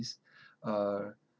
err